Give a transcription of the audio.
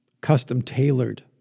custom-tailored